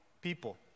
people